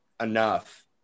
enough